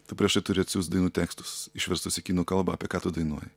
tu prieš tai turi atsiųst dainų tekstus išverstus į kinų kalbą apie ką tu dainuoji